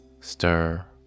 Stir